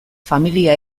familia